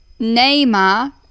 Neymar